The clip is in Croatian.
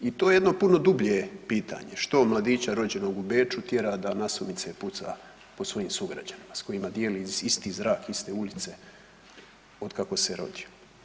I to je jedno puno dublje pitanje, što mladića rođenog u Beču tjera da nasumice puta po svojim sugrađanima s kojima dijeli isti zrak, iste ulice, od kako se rodio.